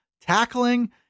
tackling